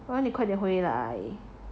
我要你快点回来